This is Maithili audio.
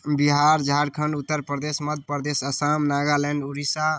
बिहार झारखण्ड उत्तरप्रदेश मध्यप्रदेश असम नागालैंड उड़ीसा